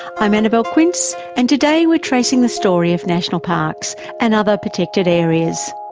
i'm annabelle quince and today we're tracing the story of national parks and other protected areas.